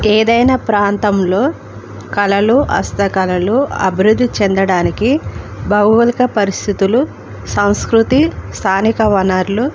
ఏదైనా ప్రాంతంలో కళలు హస్తకళలు అభివృద్ధి చెందడానికి భౌగోళిక పరిస్థితులు సంస్కృతి స్థానిక వనరులు